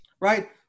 Right